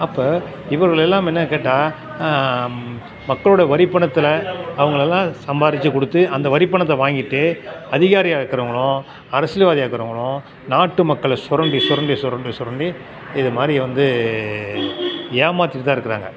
அப்போ இவர்களெல்லாம் என்னென்னு கேட்டால் மக்களுடைய வரிப் பணத்தில் அவங்களெல்லாம் சம்பாரித்து கொடுத்து அந்த வரிப் பணத்தை வாங்கிட்டு அதிகாரியாக இருக்கிறவங்களும் அரசியல்வாதியாக இருக்கிறவங்களும் நாட்டு மக்களை சுரண்டி சுரண்டி சுரண்டி சொரண்டி இதுமாதிரி வந்து ஏமாற்றிட்டு தான் இருக்கிறாங்க